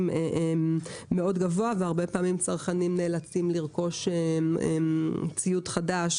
מאוד גבוה והרבה פעמים צרכנים נאלצים לרכוש ציוד חדש